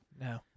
No